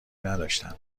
نداشتند